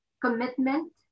commitment